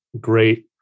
great